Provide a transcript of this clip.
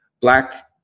Black